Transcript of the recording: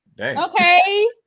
okay